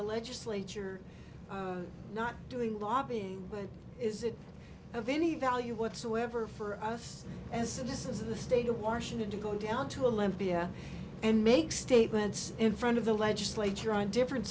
the legislature not doing lobbying is it of any value whatsoever for us as citizens of the state of washington to go down to a libya and make statements in front of the legislature on different